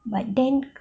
but then